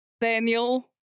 Daniel